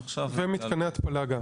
ומתקני הטפלה גם.